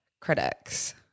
critics